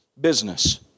business